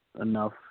enough